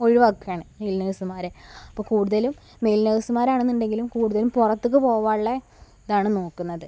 ഒഴിവാക്കുകയാണ് മെയിൽ നഴ്സുമാരെ അപ്പോള് കൂടുതലും മെയിൽ നേഴ്സുമാരാണെന്നുണ്ടെങ്കിലും കൂടുതൽ പുറത്തേക്ക് പോവാനുള്ള ഇതാണ് നോക്കുന്നത്